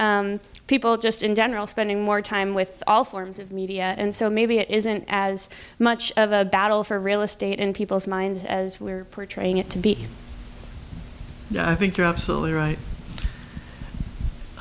seeing people just in general spending more time with all forms of media and so maybe it isn't as much of a battle for real estate in people's minds as we're portraying it to be i think you're absolutely right